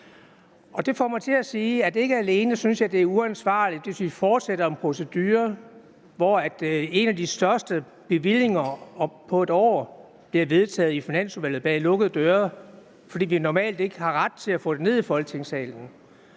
Det får mig til at sige, at for det første synes jeg, at det er uforsvarligt, hvis vi fortsætter en procedure, hvor en af de største bevillinger på et år bliver vedtaget i Finansudvalget bag lukkede døre, fordi vi normalt ikke har ret til at få det ned i Folketingssalen.